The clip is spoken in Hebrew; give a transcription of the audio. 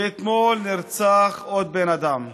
ואתמול נרצח עוד בן אדם.